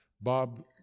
Bob